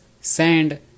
sand